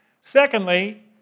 Secondly